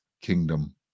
kingdom